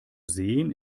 sehen